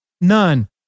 none